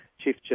Chief